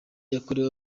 yakorewe